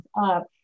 up